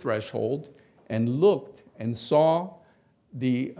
threshold and looked and saw the